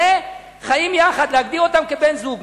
שבמקרה חיים יחד, להגדיר אותם כבני-זוג.